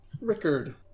Rickard